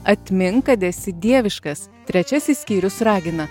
atmink kad esi dieviškas trečiasis skyrius ragina